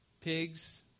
pigs